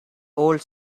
old